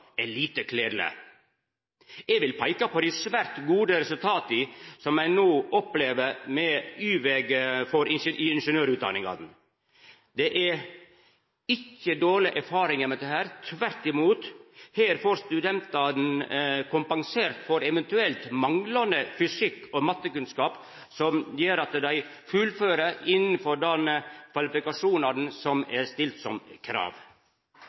er lite kledeleg. Eg vil peika på dei svært gode resultata som ein no opplever med Y-veg i ingeniørutdanningane. Det er ikkje dårlege erfaringar med dette, tvert imot, her får studentane kompensert for eventuelle manglande fysikk- og mattekunnskapar som gjer at dei fullfører med dei kvalifikasjonane som er stilte som krav.